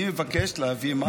אני מבקש להביא מים